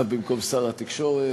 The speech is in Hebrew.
עכשיו במקום שר התקשורת.